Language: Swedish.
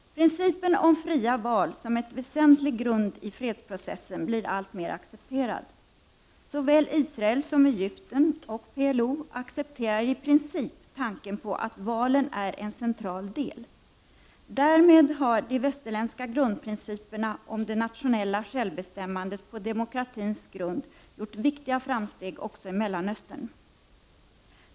Principen om fria val som en väsentlig grund i fredsprocessen blir alltmer accepterad. Såväl Israel som Egypten och PLO accepterar i princip tanken på att valen är en central del. Därmed har de västerländska grundprinciperna om det nationella självbestämmandet på demokratins grund gjort viktiga framsteg också i Mellanöstern.